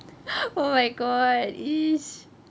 oh my god is